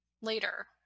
later